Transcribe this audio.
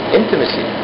intimacy